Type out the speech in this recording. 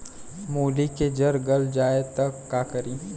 मूली के जर गल जाए त का करी?